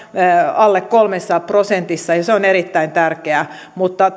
alle kolmessa prosentissa ja se on erittäin tärkeää mutta